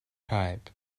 type